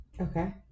Okay